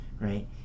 right